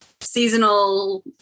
seasonal